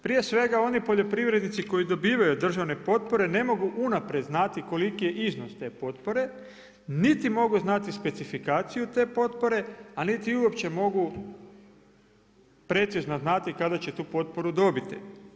Prije svega oni poljoprivrednici koji dobivaju državne potpore, ne mogu unaprijed znati koliki je iznos te potpore, niti mogu znati specifikaciju te potpore, a niti uopće mogu precizno znati kada će tu potporu dobiti.